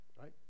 right